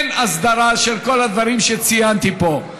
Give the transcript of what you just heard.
אין הסדרה של כל הדברים שציינתי פה.